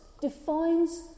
defines